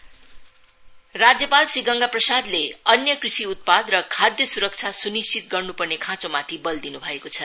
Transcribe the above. governor राज्यपाल श्री गंगाप्रसादले अन्य कृषि उत्पाद र खाद्य सुरक्षा सुनिश्चित गर्नुपर्ने खाँचोमाथि बल दिनु भएको छ